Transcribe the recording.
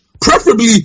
preferably